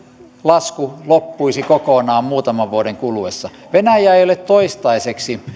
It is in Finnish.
lasku loppuisi kokonaan muutaman vuoden kuluessa venäjä ei ole toistaiseksi